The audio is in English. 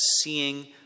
seeing